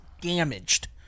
damaged